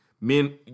Men